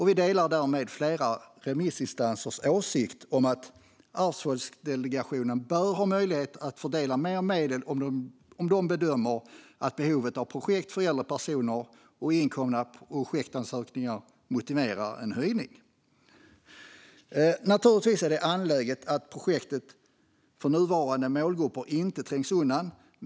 Vi delar därmed flera remissinstansers åsikt om att Arvsfondsdelegationen bör ha möjlighet att fördela mer medel om de bedömer att behovet av projekt för äldre personer och inkomna projektansökningar motiverar en höjning. Naturligtvis är det angeläget att projekt för nuvarande målgrupper inte trängs undan.